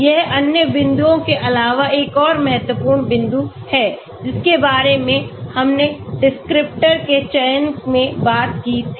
यह अन्य बिंदुओं के अलावा एक और महत्वपूर्ण बिंदु है जिसके बारे में हमने डिस्क्रिप्टर के चयन में बात की थी